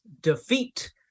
defeat